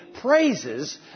praises